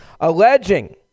alleging